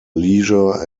leisure